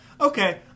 Okay